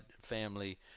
family